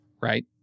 right